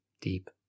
deep